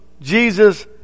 Jesus